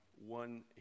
one